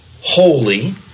holy